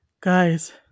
Guys